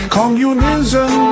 communism